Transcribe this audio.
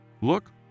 Look